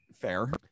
fair